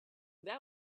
that